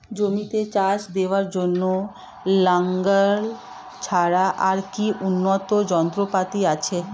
জমিতে চাষ দেওয়ার জন্য লাঙ্গল ছাড়া আর কি উন্নত যন্ত্রপাতি আছে?